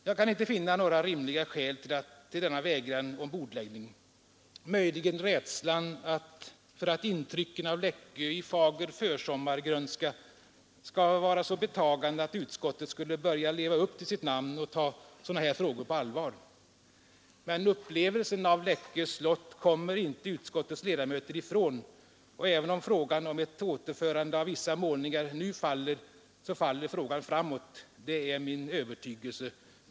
Jag kan inte finna några rimliga skäl till denna vägran att bordlägga motionen — utom möjligen rädslan för att intrycken av Läckö i fager försommargrönska skall vara så betagande, att kulturutskottet skulle börja leva upp till sitt namn och ta sådana här frågor på allvar. Men upplevelsen av Läckö slott kommer utskottets ledamöter inte ifrån, och även om frågan om ett återförande av vissa målningar till slottet nu faller, så faller frågan framåt. Det är min övertygelse.